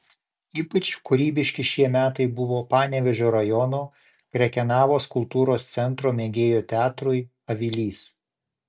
ypač kūrybiški šie metai buvo panevėžio rajono krekenavos kultūros centro mėgėjų teatrui avilys